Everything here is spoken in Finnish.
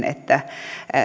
että